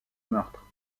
meurtre